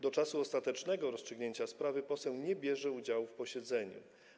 Do czasu ostatecznego rozstrzygnięcia sprawy poseł nie bierze udziału w posiedzeniu.